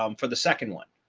um for the second one,